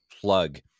plug